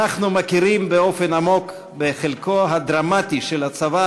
אנחנו מכירים באופן עמוק בחלקו הדרמטי של הצבא